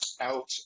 out